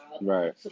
Right